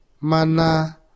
mana